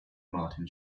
martin